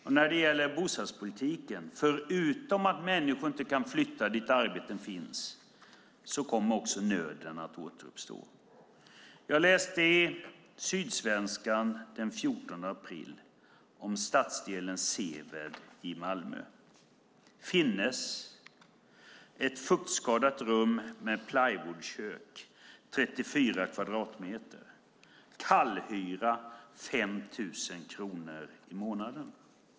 Förutom att människor med regeringens bostadspolitik inte kan flytta dit där arbetena finns återuppstår nöden. Jag läste i Sydsvenskan den 14 april om stadsdelen Seved i Malmö: "Finnes: ett fuktskadat rum med plywoodkök. 34 kvadratmeter. Kallhyra: 5 000 kronor i månaden."